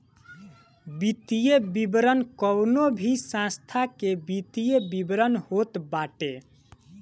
वित्तीय विवरण कवनो भी संस्था के वित्तीय विवरण होत बाटे